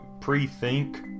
pre-think